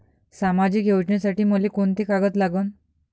सामाजिक योजनेसाठी मले कोंते कागद लागन?